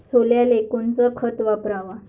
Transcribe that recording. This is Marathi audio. सोल्याले कोनचं खत वापराव?